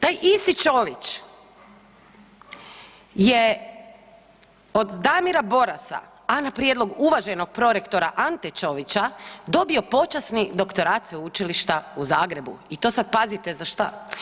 Taj isti Ćović je od Damira Borasa, a na prijedlog uvaženog prorektora Ante Ćovića dobio počasni doktorat Sveučilišta u Zagrebu i to sad pazite za šta?